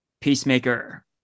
Peacemaker